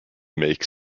make